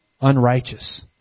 Unrighteous